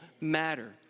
matter